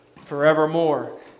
forevermore